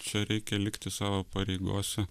čia reikia likti savo pareigose